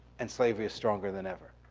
and slavery is stronger than ever.